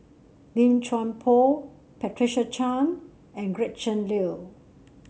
Lim Chuan Poh Patricia Chan and Gretchen Liu